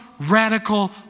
radical